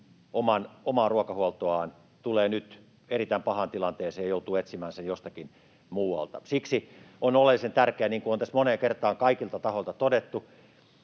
omaa ruokahuoltoaan, tulee nyt erittäin pahaan tilanteeseen ja joutuu etsimään sen jostakin muualta. Siksi on oleellisen tärkeää se, mitä on tässä moneen kertaan kaikilta tahoilta todettu,